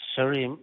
Sorry